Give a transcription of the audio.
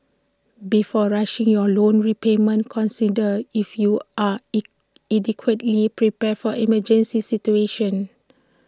before rushing your loan repayment consider if you are E adequately prepared for emergency situations